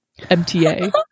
MTA